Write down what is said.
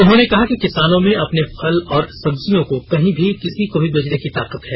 उन्होंने कहा कि किसानों में अपने फल और सब्जियों को कहीं भी किसी को भी बेचने की ताकत है